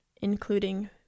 including